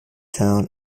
town